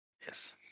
Yes